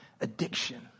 addiction